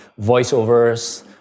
voiceovers